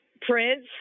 Prince